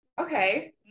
Okay